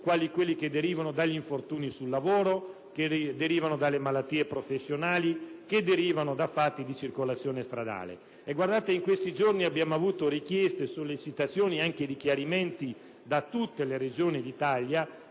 quali quelli che derivano dagli infortuni sul lavoro, che derivano dalle malattie professionali, che derivano da fatti di circolazione stradale. E guardate che in questi giorni abbiamo avuto richieste e sollecitazioni di chiarimenti da tutte le Regioni d'Italia